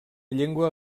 llengua